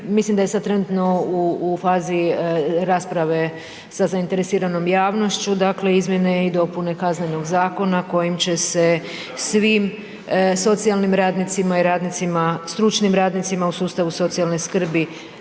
mislim da je sad trenutno u fazi rasprave sa zainteresiranom javnošću, dakle izmjene i dopune Kaznenog zakona kojim će se svim socijalnim radnicima i stručnim radnicima u sustavu socijalne skrbi